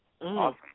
Awesome